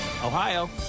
Ohio